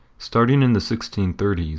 starting in the sixteen thirty s,